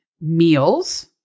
Meals